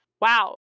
Wow